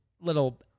little